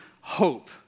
hope